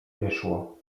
wyszło